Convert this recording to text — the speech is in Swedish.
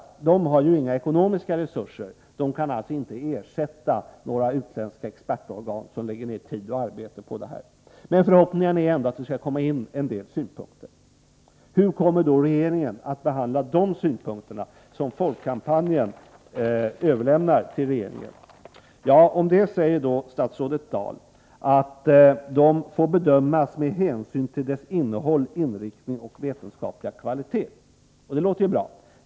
Folkkampanjen har ju inga ekonomiska resurser, den kan alltså inte ersätta några utländska expertorgan som lägger ned tid och arbete på detta. Men förhoppningen är ändå att det skall komma in en del synpunkter. Hur kommer då regeringen att behandla de synpunkter som Folkkampanjen överlämnar till regeringen? Ja, om det säger statsrådet Dahl att de får ”bedömas med hänsyn till dess innehåll, inriktning och vetenskapliga kvalitet.” Det låter ju bra.